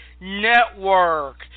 Network